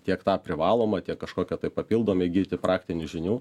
tiek tą privaloma tiek kažkokio tai papildomi įgyti praktinių žinių